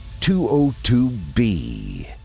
202B